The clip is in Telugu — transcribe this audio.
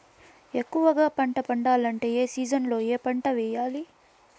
ఎక్కువగా పంట పండాలంటే ఏ సీజన్లలో ఏ పంట వేయాలి